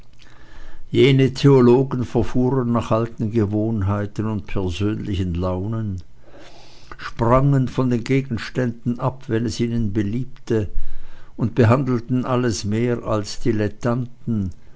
jene theologen verfuhren nach alten gewohnheiten und persönlichen launen sprangen von den gegenständen ab wenn es ihnen beliebte und behandelten alles mehr als dilettanten